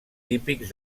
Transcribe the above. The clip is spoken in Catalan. típics